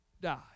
die